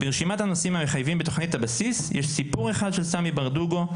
ברשימת הנושאים החייבים בתכנית הבסיס יש סיפור אחד של סמי ברדוגו,